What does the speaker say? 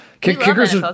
kickers